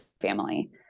family